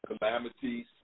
calamities